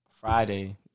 Friday